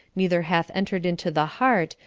neither hath entered into the heart,